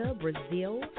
brazil